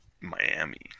Miami